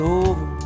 over